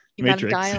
matrix